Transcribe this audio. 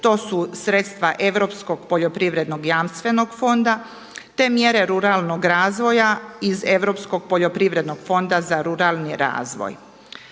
To su sredstva Europskog poljoprivrednog jamstvenog fonda, te mjere ruralnog razvoja iz Europskog poljoprivrednog fonda za ruralni razvoj.